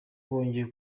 bongeye